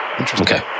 okay